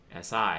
SI